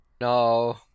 No